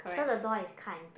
so the door is cut into